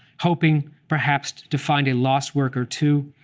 hoping perhaps to find a lost work or two.